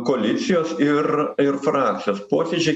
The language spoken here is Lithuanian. koalicijos ir ir frakcijos posėdžiai